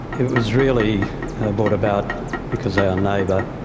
it was really brought about because our neighbour,